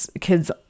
kids